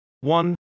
One